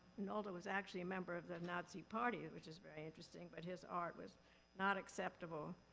nolde was actually a member of the nazi party, which is very interesting, but his art was not acceptable.